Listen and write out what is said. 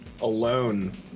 alone